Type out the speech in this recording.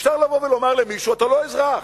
אפשר לבוא ולומר למישהו: אתה לא אזרח,